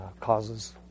causes